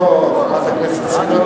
לא לא, חברת הכנסת סולודקין,